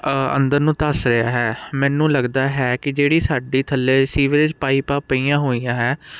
ਅੰਦਰ ਨੂੰ ਧੱਸ ਰਿਹਾ ਹੈ ਮੈਨੂੰ ਲੱਗਦਾ ਹੈ ਕਿ ਜਿਹੜੀ ਸਾਡੀ ਥੱਲੇ ਸੀਵਰੇਜ ਪਾਈਪਾਂ ਪਈਆਂ ਹੋਈਆਂ ਹੈ